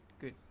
Good